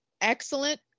excellent